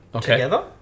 together